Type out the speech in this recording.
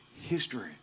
history